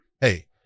hey